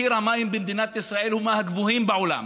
מחיר המים במדינת ישראל הוא מהגבוהים בעולם,